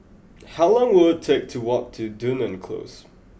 how long will it take to walk to Dunearn Close